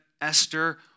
Esther